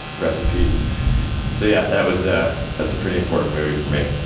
rest in peace. so, yeah that was, ah it's a pretty important movie for me.